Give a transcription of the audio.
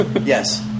Yes